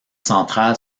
centrale